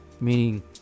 Meaning